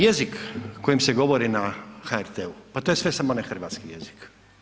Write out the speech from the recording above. Jezik kojim se govori na HRT-u, pa to je sve samo ne hrvatski jezik.